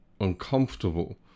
uncomfortable